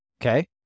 okay